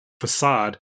facade